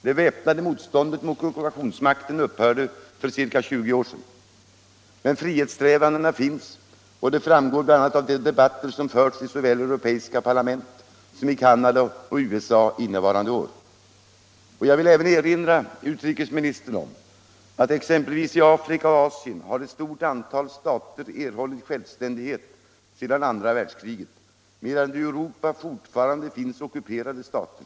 Det väpnade motståndet mot ockupationsmakten upphörde för ca 20 år sedan. Men frihetssträvandena finns, och detta framgår också bl.a. av de debatter som förts inte bara i europeiska parlament utan under innevarande år även i exempelvis Canada och USA. Jag vill även erinra utrikesministern om att i Afrika och Asien ett stort antal stater har erhållit självständighet efter andra världskriget, medan det i Europa fortfarande finns ockuperade stater.